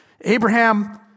Abraham